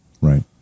Right